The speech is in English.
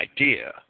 idea